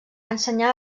ensenyar